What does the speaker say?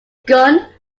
gun